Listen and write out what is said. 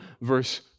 verse